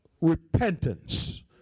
Repentance